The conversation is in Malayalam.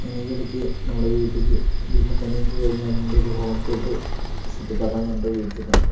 എനിക്ക് ഇടയ്ക്ക് നമ്മുടെ വീട്ടിക്ക് വീടിൻ്റെ പണിയൊക്കെ കഴിഞ്ഞ നേരം കൊണ്ട് ഒരു ഹോം തിയേറ്ററ് സെറ്റപ്പ് ആക്കണം എന്ന് പറഞ്ഞിട്ട് മേടിച്ചിട്ട് ഉണ്ടായിരുന്നു